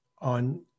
on